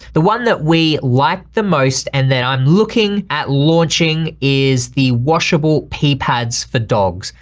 the one that we liked the most, and then i'm looking at launching is the washable pee pads for dogs.